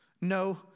No